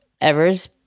ever's